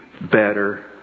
better